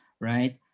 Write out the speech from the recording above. right